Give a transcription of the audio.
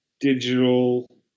digital